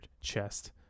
chest